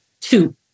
Two